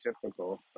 typical